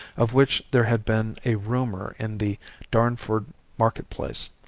of which there had been a rumour in the darnford marketplace.